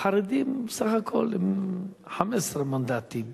החרדים הם סך הכול 15 מנדטים.